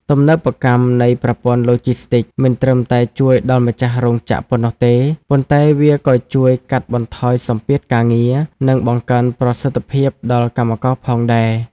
ទំនើបកម្មនៃប្រព័ន្ធឡូជីស្ទីក មិនត្រឹមតែជួយដល់ម្ចាស់រោងចក្រប៉ុណ្ណោះទេ ប៉ុន្តែវាក៏ជួយកាត់បន្ថយសម្ពាធការងារ និងបង្កើនប្រសិទ្ធភាពដល់កម្មករផងដែរ។